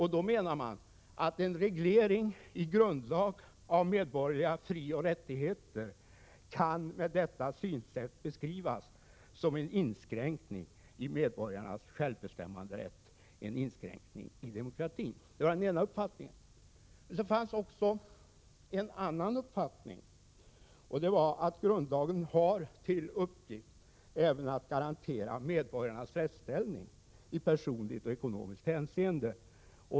Man menade att en reglering i grundlagen av medborgarnas frioch rättigheter med detta synsätt kan beskrivas som en inskränkning av medborgarnas = Prot. 1986/87:54 självbestämmanderätt, en inskränkning i demokratin. 14 januari 1987 Det var den ena uppfattningen. Den andra uppfattningen var att grundlagen har till uppgift även att garantera medborgarnas rättsställning i personligt och ekonomiskt hänseende.